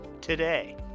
today